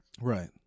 Right